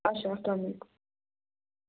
اَچھا اسلام علیکُم